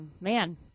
man